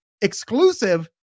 exclusive